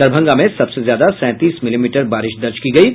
दरभंगा में सबसे ज्यादा सैंतीस मिलीमीटर बारिश दर्ज की गयी है